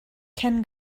ken